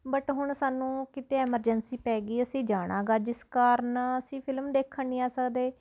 but ਹੁਣ ਸਾਨੂੰ ਕਿਤੇ ਐਮਰਜੈਂਸੀ ਪੈ ਗਈ ਅਸੀਂ ਜਾਣਾ ਗਾ ਜਿਸ ਕਾਰਨ ਅਸੀਂ ਫਿਲਮ ਦੇਖਣ ਨਹੀਂ ਆ ਸਕਦੇ